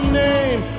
name